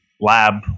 lab